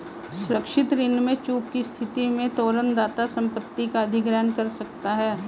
सुरक्षित ऋण में चूक की स्थिति में तोरण दाता संपत्ति का अधिग्रहण कर सकता है